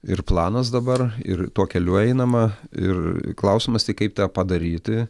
ir planas dabar ir tuo keliu einama ir klausimas tik kaip tą padaryti